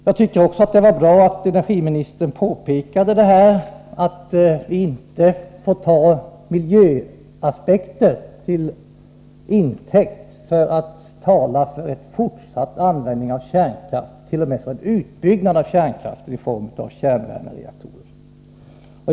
Jag tycker att det var bra att energiministern påpekade att vi inte får ta miljöaspekter till intäkt för att tala för fortsatt användning av kärnkraft — eller t.o.m. för en utbyggnad av kärnkraft i form av kärnvärmereaktorer.